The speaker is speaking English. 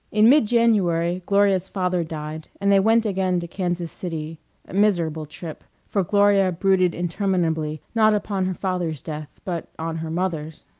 in mid-january gloria's father died, and they went again to kansas city a miserable trip, for gloria brooded interminably, not upon her father's death, but on her mother's.